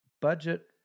budget